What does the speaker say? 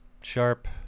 sharp